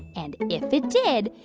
and if it did,